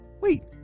Wait